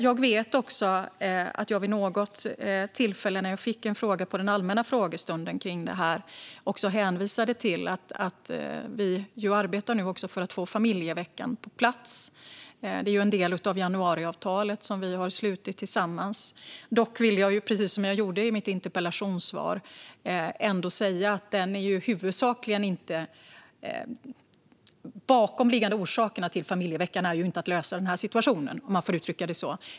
Jag vet också när jag fick en fråga vid något tillfälle på den allmänna frågestunden om detta att jag hänvisade till att vi arbetar för att få familjeveckan på plats. Det är en del av januariavtalet som vi har slutit tillsammans. Dock vill jag, precis som jag gjorde i mitt interpellationssvar, säga att de bakomliggande orsakerna till familjeveckan inte är att lösa den här situationen, om jag får uttrycka det så.